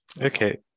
Okay